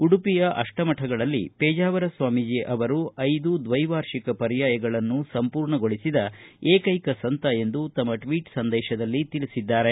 ಉಡುಪಿಯ ಅಷ್ಠಮಠಗಳಲ್ಲಿ ಪೇಜಾವರ ಸ್ವಾಮೀಜ ಅವರು ಐದುದ್ವೈವಾರ್ಷಿಕಪರ್ಯಾಯಗಳನ್ನು ಸಂಪೂರ್ಣಗೊಳಿಸಿದ ಏಕೈಕ ಸಂತ ಎಂದು ತಮ್ನ ಟ್ವೀಟ್ ಸಂದೇಶದಲ್ಲಿ ತಿಳಿಸಿದ್ದಾರೆ